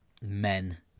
men